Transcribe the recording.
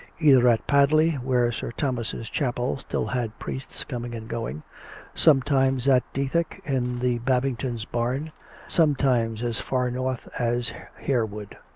either at padley, where sir thomas' chapel still had priests coming and going sometimes at dethick in the babingtons' barn sometimes as far north as hare wood.